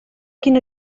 quina